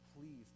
please